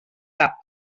cap